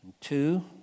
Two